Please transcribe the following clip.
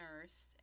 nurse